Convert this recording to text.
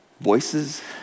Voices